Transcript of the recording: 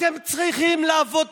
אתם צריכים לעבוד.